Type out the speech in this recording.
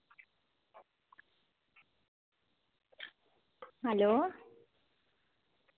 hello